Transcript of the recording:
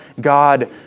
God